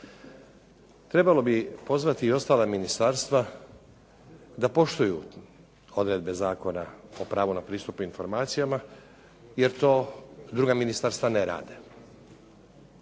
Trebalo bi pozvati i ostala ministarstva da poštuju odredbe Zakona o pravu na pristupu informacijama, jer to druga ministarstva ne rade.